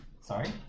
Sorry